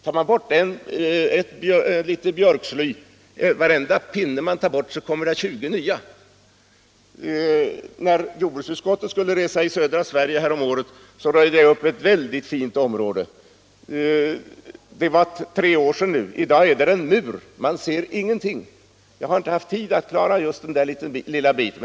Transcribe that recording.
För varje pinne björksly man tar bort kommer det tjugo nya. När jordbruksutskottet skulle resa i södra Sverige häromåret röjde jag upp ett väldigt fint område. Det är nu tre år sedan. I dag finns där en mur av växtlighet. Man ser ingenting. Jag har inte haft tid att röja just den lilla biten.